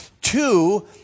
Two